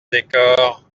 décor